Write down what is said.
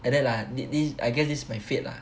like that lah this I guess this my fate lah